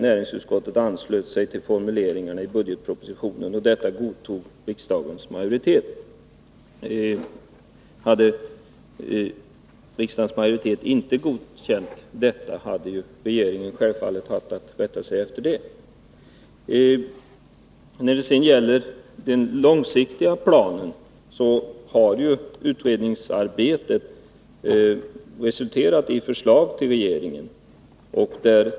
Näringsutskottet anslöt sig till formuleringarna i budgetpropositionen. Detta godtog riksdagens majoritet. Hade så inte skett, hade regeringen självfallet haft att rätta sig därefter. När det sedan gäller den långsiktiga planen har ju utredningsarbetet resulterat i förslag till regeringen.